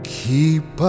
keep